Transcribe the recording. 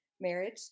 marriage